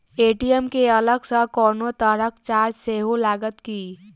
ATM केँ अलग सँ कोनो तरहक चार्ज सेहो लागत की?